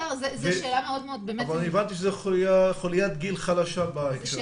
זו שאלה מאוד מאוד --- אבל הבנתי שזו חוליית גיל חלשה בהקשר הזה.